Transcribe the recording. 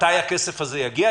מתי הכסף הזה יגיע?